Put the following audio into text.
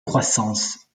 croissance